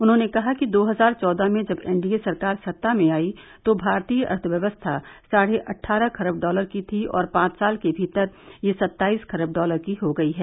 उन्होंने कहा कि दो हजार चौदह में जब एनडीए सरकार सत्ता में आई तो भारतीय अर्थव्यवस्था साढे अट्ठारह खरब डॉलर की थी और पांच साल के भीतर यह सत्ताईस खरब डॉलर की हो गई है